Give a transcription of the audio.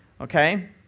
Okay